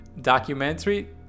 Documentary